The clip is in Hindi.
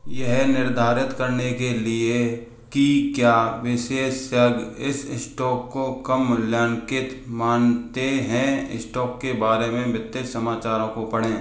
यह निर्धारित करने के लिए कि क्या विशेषज्ञ इस स्टॉक को कम मूल्यांकित मानते हैं स्टॉक के बारे में वित्तीय समाचारों को पढ़ें